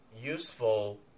useful